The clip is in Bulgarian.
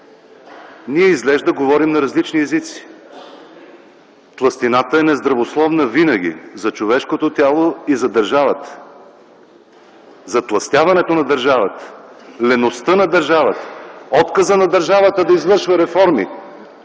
ние изглежда говорим на различни езици. Тлъстината е нездравословна винаги за човешкото тяло и за държавата. Затлъстяването на държавата, леността на държавата, отказът на държавата да извършва реформи,